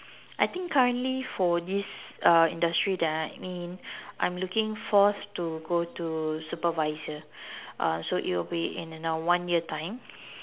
I think currently for this uh industry that I'm in I'm looking forth to go to supervisor uh so it will be in a one year time